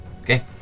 Okay